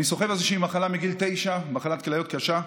אני סוחב איזושהי מחלה מגיל תשע, מחלת כליות קשה.